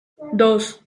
dos